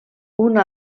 una